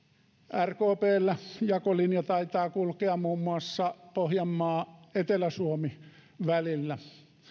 rkpllä jakolinja taitaa kulkea muun muassa pohjanmaa etelä suomi välillä